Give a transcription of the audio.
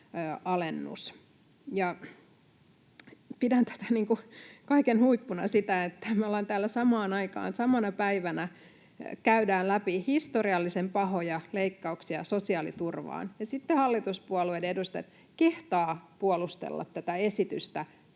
Pidän kaiken huippuna sitä, että me täällä samaan aikaan, samana päivänä, käydään läpi historiallisen pahoja leikkauksia sosiaaliturvaan ja sitten hallituspuolueiden edustajat kehtaavat puolustella tätä esitystä